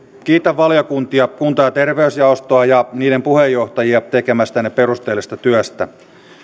kiitän valiokuntia kunta ja terveysjaostoa ja niiden puheenjohtajia tekemästänne perusteellisesta työstä